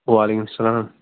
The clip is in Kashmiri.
وعلیکُم سَلام